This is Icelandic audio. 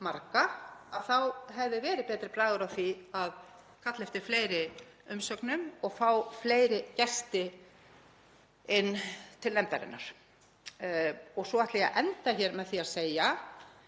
þá hefði verið betri bragur á því að kalla eftir fleiri umsögnum og fá fleiri gesti inn til nefndarinnar. Svo ætla ég að enda hér með því að segja,